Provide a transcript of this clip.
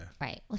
Right